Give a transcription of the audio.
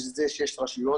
שזה שש רשויות,